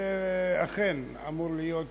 זה אכן אמור להיות חג,